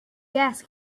gas